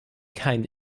kein